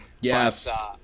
Yes